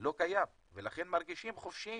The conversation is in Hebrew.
לא קיים ולכן הם מרגישים חופשיים,